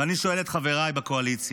ואני שואל את חבריי בקואליציה: